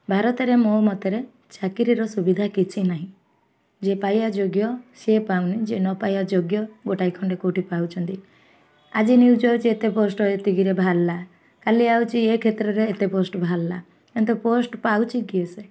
ଭାରତରେ ମୋ ମତରେ ଚାକିରିର ସୁବିଧା କିଛି ନାହିଁ ଯିଏ ପାଇବା ଯୋଗ୍ୟ ସିଏ ପାଉନି ଯିଏ ନ ପାଇବା ଯୋଗ୍ୟ ଗୋଟାଏ ଖଣ୍ଡେ କେଉଁଠି ପାଉଛନ୍ତି ଆଜି ନ୍ୟୂଜ୍ ଆସୁଛି ଏତେ ପୋଷ୍ଟ ଏତିକିରେ ବାହାରିଲା କାଲି ଆସୁଛି ଏ କ୍ଷେତ୍ରରେ ଏତେ ପୋଷ୍ଟ ବାହାରିଲା ଏତେ ପୋଷ୍ଟ ପାଉଛି କିଏସେ